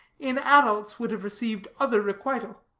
in adults, would have received other requital.